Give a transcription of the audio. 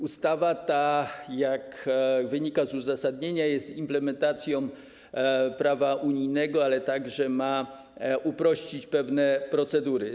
Ustawa ta, jak wynika z uzasadnienia, jest implementacją prawa unijnego, ale także ma uprościć pewne procedury.